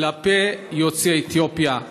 כלפי יוצאי אתיופיה,